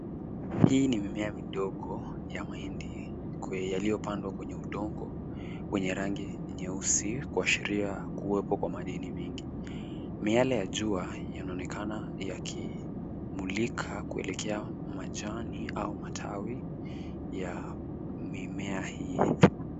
Hii ni mimea midogo ya mahindi yaliyo pandwa kwenye udongo wenye rangi nyeusi kuashiria kuwepo kwa madini mingi. Miale ya jua yanaonekana yakimulika kuelekea majani au matawi ya mimea hii.